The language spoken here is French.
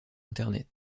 internet